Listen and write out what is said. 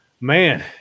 man